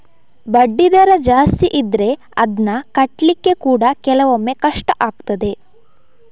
ಬಡ್ಡಿ ದರ ಜಾಸ್ತಿ ಇದ್ರೆ ಅದ್ನ ಕಟ್ಲಿಕ್ಕೆ ಕೂಡಾ ಕೆಲವೊಮ್ಮೆ ಕಷ್ಟ ಆಗ್ತದೆ